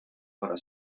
wara